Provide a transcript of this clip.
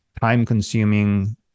time-consuming